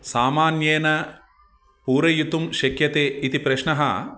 सामान्येन पूरयितुं शक्यते इति प्रश्नः